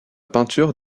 peinture